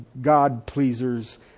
God-pleasers